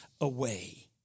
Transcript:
away